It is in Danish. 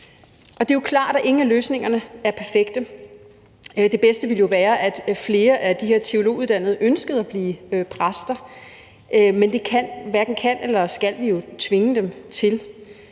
Det er klart, at ingen af løsningerne er perfekte; det bedste ville jo være, at flere af de her teologuddannede ønskede at blive præster, men det hverken kan eller skal vi jo tvinge dem til.